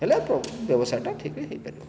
ହେଲେ ବ୍ୟବସାୟଟା ଠିକରେ ହୋଇପାରିବି